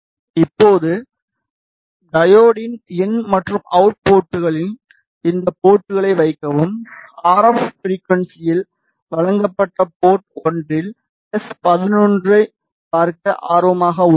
இப்போது டையோட்டின் இன் மற்றும் அவுட் போர்ட்களில் இந்த போர்ட்களை வைக்கவும் ஆர் எப் ஃபிரிகுவன்ஸியில் வழங்கப்பட்ட போர்ட் 1 இல் எஸ்11 ஐப் பார்க்க ஆர்வமாக உள்ளோம்